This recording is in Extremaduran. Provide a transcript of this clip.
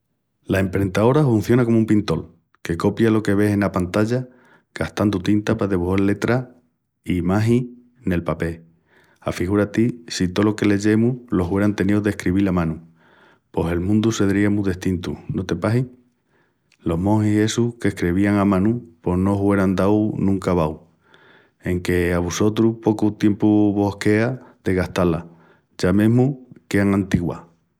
La emprentaora hunciona comu un "pintol" que copia lo que ves ena pantalla, gastandu tinta pa debujal letras i imagin en el papel. Figura-ti si tolo que leyemus lo hueran teníu d'escrevil a manu. Pos el mundu sedría mu destintu, no te pahi? Los mongis essus qu'escrevían a manu pos no hueran dau nunca abau. Enque a vusotras pocu tiempu vos quea de gastá-las. Ya mesmu quean antiguás.